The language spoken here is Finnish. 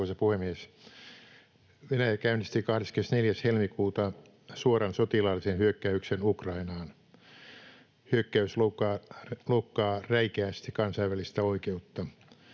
Arvoisa puhemies! Venäjä käynnisti 24. helmikuuta suoran sotilaallisen hyökkäyksen Ukrainaan. Hyökkäys loukkaa räikeästi kansainvälistä oikeutta.